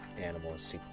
animals